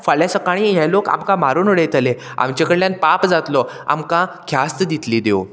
फाल्यां सकाळीं हें लोक आमकां मारून उडयतले आमचे कडल्यान पाप जातलो आमकां ख्यास्त दितली देव